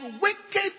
wicked